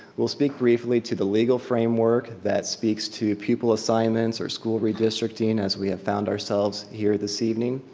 we'll speak briefly to the legal framework that speaks to pupil assignments or school redistricting as we have found ourselves here this evening.